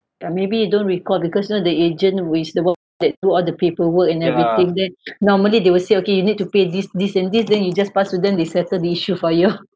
uh maybe you don't recall because you know the agent is the one that do all the paperwork and everything then normally they will say okay you need to pay this this and this then you just pass to them they settle the issue for you